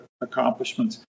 accomplishments